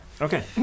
Okay